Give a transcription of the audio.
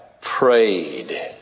prayed